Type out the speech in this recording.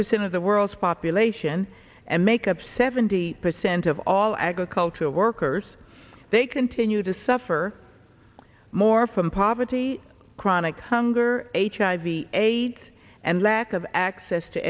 percent of the world's population and make up seventy percent of all agricultural workers they continue to suffer more from poverty chronic hunger hiv aids and lack of access to